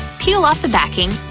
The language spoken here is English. peel off the backing.